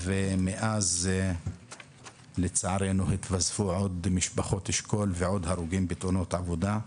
ומאז לצערנו התווספו עוד משפחות שכולות ועוד הרוגים בתאונות עבודה.